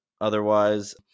Otherwise